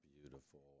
Beautiful